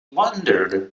wandered